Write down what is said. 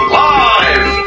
live